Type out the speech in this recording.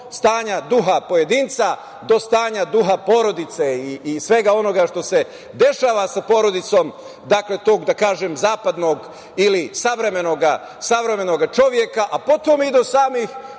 od stanja duha pojedinca, do stanja duha porodice i svega onoga što se dešava sa porodicom, tog, da kažem, zapadnog ili savremenog čoveka, a potom i do samih